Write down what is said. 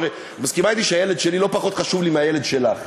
הרי את מסכימה אתי שהילד שלי לא פחות חשוב לי מהילד שלך,